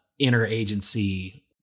interagency